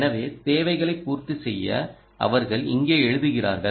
எனவே தேவைகளை பூர்த்தி செய்ய அவர்கள் இங்கே எழுதுகிறார்கள்